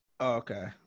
Okay